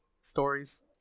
Stories